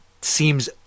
seems